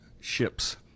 ships